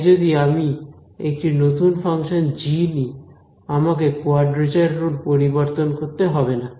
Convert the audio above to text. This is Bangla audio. তাই যদি আমি একটি নতুন ফাংশন g নিই আমাকে কোয়াড্রেচার রুল পরিবর্তন করতে হবেনা